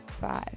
five